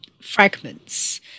fragments